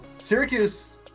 Syracuse